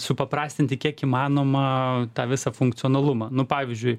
supaprastinti kiek įmanoma tą visą funkcionalumą nu pavyzdžiui